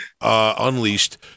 Unleashed